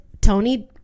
Tony